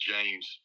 James